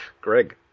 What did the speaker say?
Greg